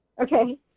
Okay